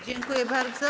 Dziękuję bardzo.